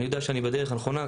אני יודע שאני בדרך הנכונה.